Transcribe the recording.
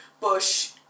bush